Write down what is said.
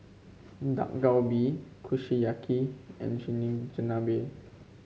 Dak Galbi Kushiyaki and Chigenabe